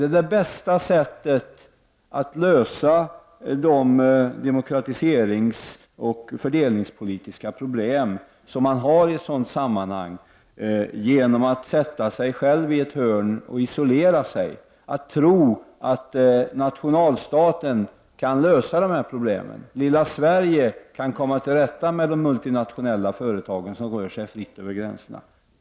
Är det bästa sättet att lösa de demokratiseringsoch fördelningspolitiska problem som uppstår i ett sådant sammanhang, att sätta sig i ett hörn och isolera sig? Det går inte att tro att nationalstaten kan lösa problemen, att lilla Sverige kan komma till rätta med de multinationella företagen som rör sig fritt över gränserna.